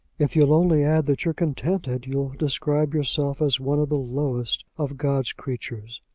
if you'll only add that you're contented, you'll describe yourself as one of the lowest of god's creatures.